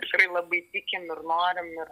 tikrai labai tikim ir norim ir